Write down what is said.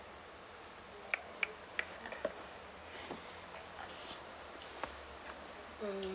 mm